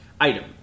Item